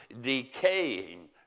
decaying